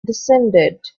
descended